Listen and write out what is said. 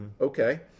Okay